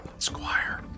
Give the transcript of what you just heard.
squire